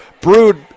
brewed